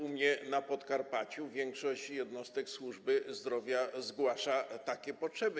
U mnie na Podkarpaciu większość jednostek służby zdrowia zgłasza takie potrzeby.